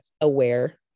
aware